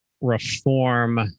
reform